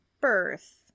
birth